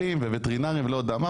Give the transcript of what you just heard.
ועוד וטרינרים, אני לא יודע מה.